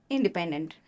Independent